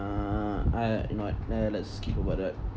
uh I you know what le~ let's skip over that